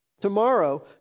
Tomorrow